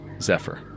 Zephyr